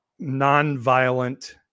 nonviolent